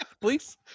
Please